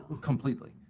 Completely